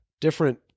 different